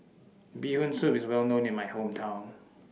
Bee Hoon Soup IS Well known in My Hometown